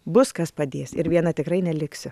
bus kas padės ir viena tikrai neliksiu